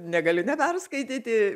negaliu neperskaityti